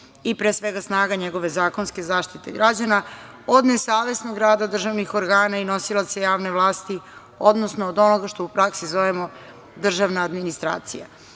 i pre svega snaga njegove zakonske zaštite građana od nesavesnog rada državnih organa i nosilaca javne vlasti, odnosno od onoga što u praksi zovemo državna administracija. Uspostavljanje